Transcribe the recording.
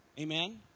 amen